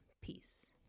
peace